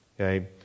okay